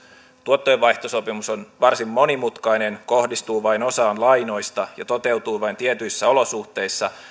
tuottojenvaihtosopimus on varsin monimutkainen ja kohdistuu vain osaan lainoista ja toteutuu vain tietyissä olosuhteissa